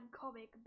comic